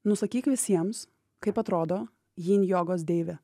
nusakyk visiems kaip atrodo jin jogos deivė